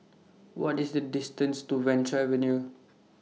What IS The distances to Venture Avenue